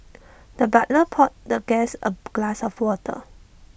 the butler poured the guest A glass of water